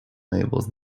labels